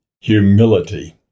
humility